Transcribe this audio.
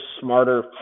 smarter